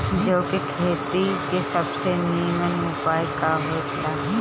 जौ के खेती के सबसे नीमन उपाय का हो ला?